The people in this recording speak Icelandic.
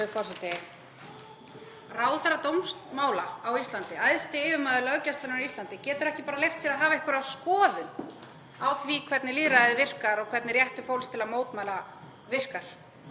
Ráðherra dómsmála á Íslandi, æðsti yfirmaður löggæslunnar á Íslandi, getur ekki bara leyft sér að hafa einhverja skoðun á því hvernig lýðræðið virkar og hvernig réttur fólks til að mótmæla virkar.